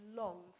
long